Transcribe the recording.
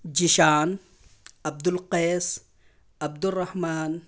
Zeeshan Abdul Qais Abdul Rahman